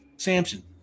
samson